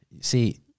See